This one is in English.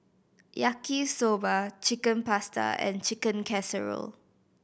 Yaki Soba Chicken Pasta and Chicken Casserole